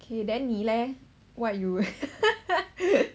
okay then 你 leh what you